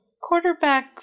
quarterback